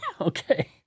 Okay